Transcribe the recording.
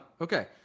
okay